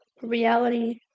reality